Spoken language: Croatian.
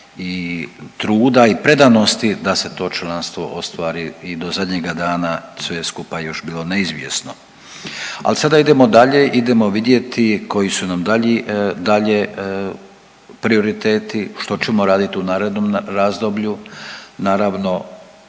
i truda i predanosti da se točno nas to ostvari i do zadnjega dana sve je skupa još bilo neizvjesno, ali sada idemo dalje, idemo vidjeti koji su nam dalji, dalje prioriteti, što ćemo raditi u narednom razdoblju, naravno,